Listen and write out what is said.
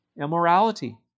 immorality